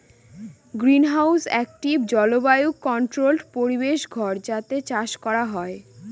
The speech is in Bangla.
গ্রিনহাউস একটি জলবায়ু কন্ট্রোল্ড পরিবেশ ঘর যাতে চাষ করা হয়